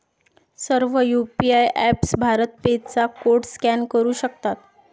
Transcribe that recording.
सर्व UPI apps BharatPe चा code scan करू शकतात